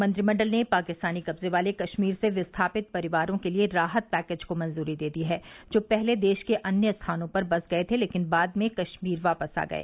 मंत्रिमंडल ने पाकिस्तानी कब्जे वाले कश्मीर से विस्थापित परिवारों के लिए राहत पैकेज को मंजूरी दे दी है जो पहले देश के अन्य स्थानों पर बस गए थे लेकिन बाद में कश्मीर वापस आ गए